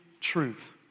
truth